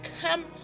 come